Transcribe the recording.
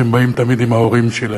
שהם באים תמיד עם ההורים שלהם.